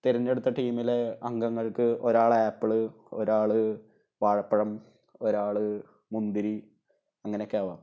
തെരഞ്ഞെടുത്ത ടീമിലെ അംഗങ്ങൾക്ക് ഒരാള് ആപ്പിള് ഒരാള് വാഴപ്പഴം ഒരാള് മുന്തിരി അങ്ങനെയൊക്കെയാവാം